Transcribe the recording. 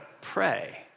pray